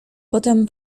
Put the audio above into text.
potem